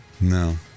No